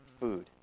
food